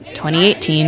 2018